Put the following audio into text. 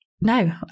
no